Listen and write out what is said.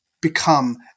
become